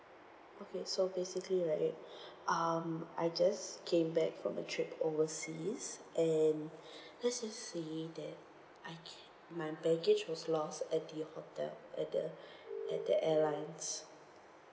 okay so basically right um I just came back from a trip overseas and let's just say that I c~ my baggage was lost at the hotel at the at the airlines